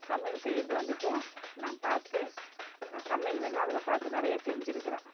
சமையல் செய்கிறது வந்துட்டு நான் பார்த்து நான் சமையல் வேணால் அதில் பார்த்து நிறையா செஞ்சுருக்குறேன்